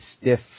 stiff